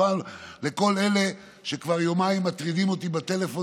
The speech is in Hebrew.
לכל אלה שכבר יומיים מטרידים אותי בטלפון